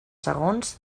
segons